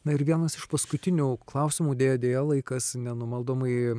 na ir vienas iš paskutinių klausimų deja deja laikas nenumaldomai